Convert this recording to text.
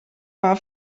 war